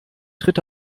tritt